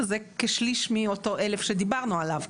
שהם כשליש מאותם אלף שדיברנו עליהם,